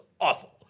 awful